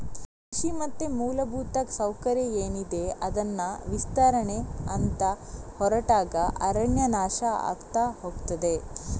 ಕೃಷಿ ಮತ್ತೆ ಮೂಲಭೂತ ಸೌಕರ್ಯ ಏನಿದೆ ಅದನ್ನ ವಿಸ್ತರಣೆ ಅಂತ ಹೊರಟಾಗ ಅರಣ್ಯ ನಾಶ ಆಗ್ತಾ ಹೋಗ್ತದೆ